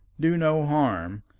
do no harm,